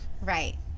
Right